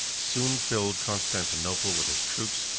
soon filled constantinople with his troops,